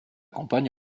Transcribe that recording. campagne